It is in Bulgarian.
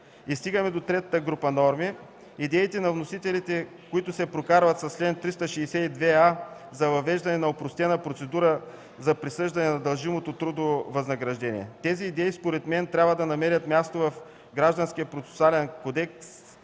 Стигаме до третата група норми, до идеите на вносителите, които се прокарват с чл. 362а за въвеждане на опростена процедура за присъждане на дължимото трудово възнаграждение. Тези идеи, според мен, трябва да намерят място в Гражданския процесуален кодекс,